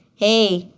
hey,